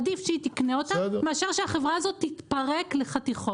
עדיף שהיא תקנה אותה מאשר שהחברה הזאת תתפרק לחתיכות,